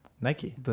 Nike